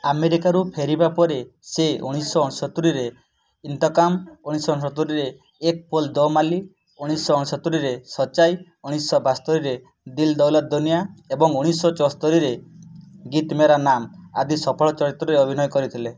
ଆମେରିକାରୁ ଫେରିବା ପରେ ସେ ଉଣେଇଶି ସତୁରୀରେ ଇନ୍ତକାମ ଉଣେଇଶ ସତୁରୀରେ ଏକ ଫୁଲ ଦୋମାଲି ଉଣେଇଶ ସତୁରୀରେ ସଚାଇ ଉଣେଇଶି ବାସ୍ତୋରୀରେ ଦିଲ ଦୌଲତ ଦୁନିଆ ଏବଂ ଉଣେଇଶି ଚୋସ୍ତୋରୀରେ ଗୀତା ମେରା ନାମ ଆଦି ସଫଳ ଚଳଚ୍ଚିତ୍ରରେ ଅଭିନୟ କରିଥିଲେ